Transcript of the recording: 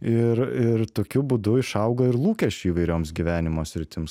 ir ir tokiu būdu išauga ir lūkesčių įvairioms gyvenimo sritims